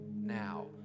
now